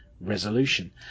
resolution